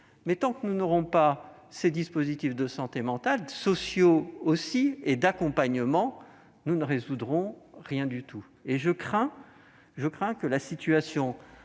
fait, tant que nous n'aurons pas ces dispositifs de santé mentale et d'accompagnement social, nous ne résoudrons rien du tout ! Je crains que la situation